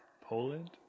Poland